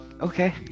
Okay